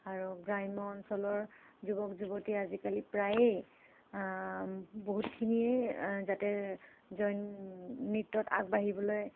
আৰু গ্ৰাম্য অঞ্চলৰ যুৱক যুৱতী আজিকালি প্ৰায়েই বহুতখিনিয়েই যাতে জইন নৃত্যত আগবাঢ়িবলৈ